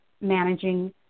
managing